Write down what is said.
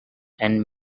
and